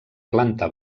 planta